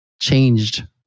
changed